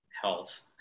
health